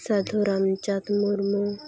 Sadhu Ramchand Murmu